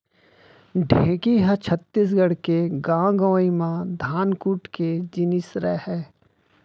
ढेंकी ह छत्तीसगढ़ के गॉंव गँवई म धान कूट के जिनिस रहय